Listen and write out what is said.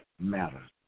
matter